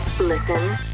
Listen